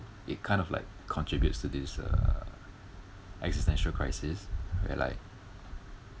it kind of like contributes to this existential crisis where like